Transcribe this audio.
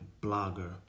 blogger